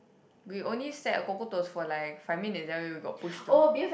we only sat at Coco-Toast for like five minutes then we we got pushed to